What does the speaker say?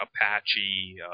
Apache